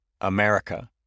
America